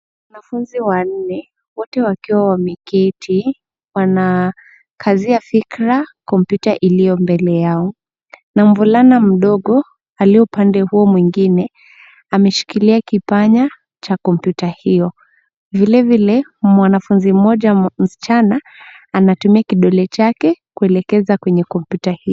Wanafunzi wanne, wote wakiwa wameketi wanakazia fikra kompyuta iliyo mbele yao na mvulana mdogo aliye upande huo mwingine ameshikilia kipanya cha kompyuta hio. Vilevile mwanafunzi mmoja msichana anatumia kidole chake kuelekeza kwenye kompyuta hio.